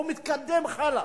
והוא מתקדם הלאה.